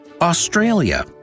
Australia